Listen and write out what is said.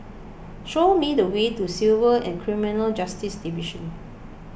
show me the way to Civil and Criminal Justice Division